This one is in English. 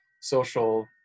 social